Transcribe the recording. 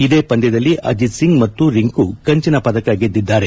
ಇದೇ ಪಂದ್ಯದಲ್ಲಿ ಅಜಿತ್ ಸಿಂಗ್ ಮತ್ತು ರಿಂಕು ಕಂಚಿನ ಪದಕ ಗೆದ್ದಿದ್ದಾರೆ